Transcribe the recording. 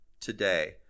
today